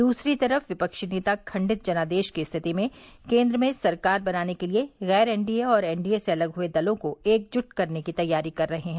दूसरी तरफ विपक्षी नेता खंडित जनादेश की स्थिति में केन्द्र में सरकार बनाने के लिए गैर एनडीए और एनडीए से अलग हुए दलों को एकजुट करने की तैयारी कर रहे हैं